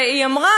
היא אמרה,